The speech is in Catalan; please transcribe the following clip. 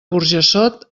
burjassot